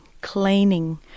cleaning